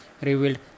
revealed